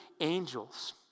angels